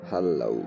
Hello